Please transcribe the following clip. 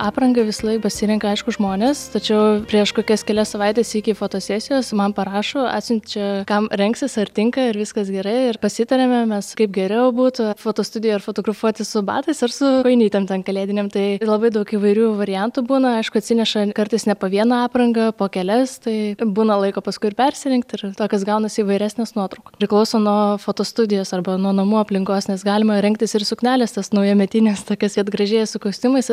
aprangą visąlaik pasirenka aišku žmonės tačiau prieš kokias kelias savaites iki fotosesijos man parašo atsiunčia kam rengsis ar tinka ar viskas gerai ir pasitariame mes kaip geriau būtų fotostudijoj ar fotografuotis su batais ar su kojinytėm ten kalėdinėm tai labai daug įvairių variantų būna aišku atsineša kartais ne po vieną aprangą po kelias tai būna laiko paskui ir persirengt ir tokios gaunasi įvairesnės nuotraukos priklauso nuo fotostudijos arba nuo namų aplinkos nes galima rengtis ir sukneles tas naujametines tokias kad gražiai jie su kostiumais